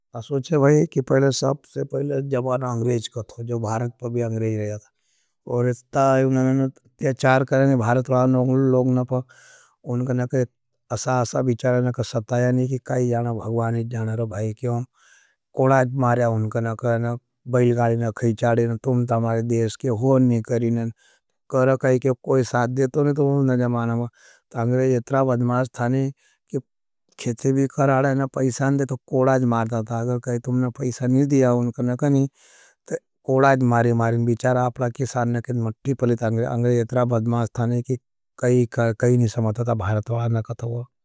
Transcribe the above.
असो छे भाई पहले सबसे पहले जमान अंग्रेज कर थो, जो भारत पर भी अंग्रेज रहा था। वो रित्ता उनने न त्याचार कर रहा था, भारत बारानों लोगने पर उनके नकरे असा असा विचारे नकर सताया नहीं। कि काई जाना भगवाण नहीं जाना रो भाई क्यों, कोड़ाज मा स्थाने कि खेचे भी करा डाना, पहीसान डे तो, कोड़ाज मार ढाता था। अगर कहे, तुमने पहीसान नहीं दियां, उनका नकरें नहीं तो। कोड़ाज मारे मारिन, विचार आपला के सार ने, किन मत्टा पलित अंग्रेज, अंग्रेज आत्रा बद्मास कई नी समता ता भारत वा आना कता हुआ।